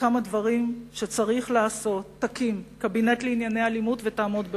וכמה דברים שצריך לעשות: תקים קבינט לענייני אלימות ותעמוד בראשו.